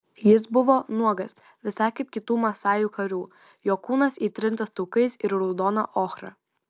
jis buvo nuogas visai kaip kitų masajų karių jo kūnas įtrintas taukais ir raudona ochra